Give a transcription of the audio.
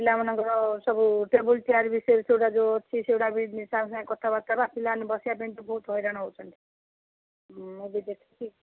ପିଲାମାନଙ୍କର ସବୁ table chair ବିଷୟରେ ସେଗୁଡ଼ା ଯୋଉ ଅଛି ସେଗୁଡ଼ା ବି ସାର୍ଙ୍କ ସାଙ୍ଗରେ କଥାବାର୍ତ୍ତା ହେବା ପିଲାମାନେ ବସିବା ପାଇଁକି ବହୁତ ହଇରାଣ ହେଉଛନ୍ତି ମୁଁ ବି ଦେଖିଛି